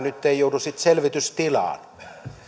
nyt ei joudu sitten selvitystilaan